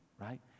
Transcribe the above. right